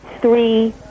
three